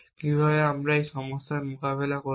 কিভাবে আমরা এই সমস্যা মোকাবেলা করব